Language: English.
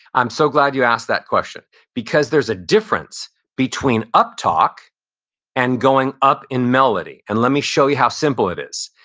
i'm so glad you asked that question because there's a difference between uptalk and going up in melody. and let me show you how simple it is.